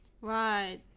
Right